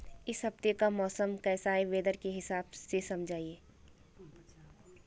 इस हफ्ते का मौसम कैसा है वेदर के हिसाब से समझाइए?